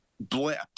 blip